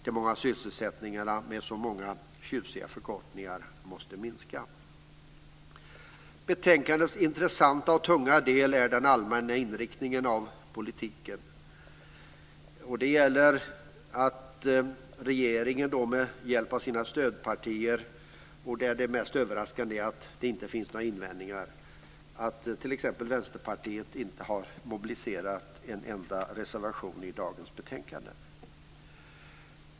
De många sysselsättningsformerna med tjusiga förkortningar måste minska. Betänkandets intressanta och tunga del gäller den allmänna inriktningen av politiken. Där har vi regeringen och deras stödpartier. Det mest överraskande är att det inte finns några invändningar. Vänsterpartiet har t.ex. inte mobiliserat en enda reservation i dagens betänkande.